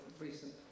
recent